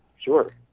sure